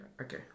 Okay